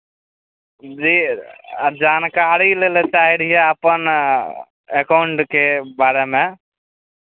जी आ जानकारी लै लेल चाहैत रहियै अपन अकाउंटके बारेमे